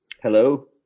Hello